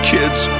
Kids